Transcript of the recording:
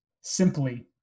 simply